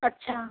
अच्छा